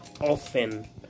often